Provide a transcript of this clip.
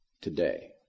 Today